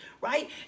right